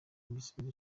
igisubizo